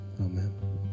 Amen